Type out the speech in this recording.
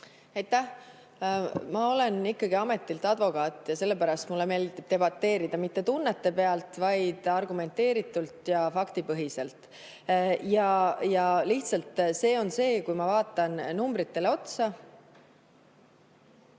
Aitäh! Ma olen ikkagi ametilt advokaat ja sellepärast mulle meeldib debateerida mitte tunnetest lähtudes, vaid argumenteeritult ja faktipõhiselt. Ja lihtsalt, kui ma vaatan numbritele otsa,